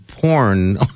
porn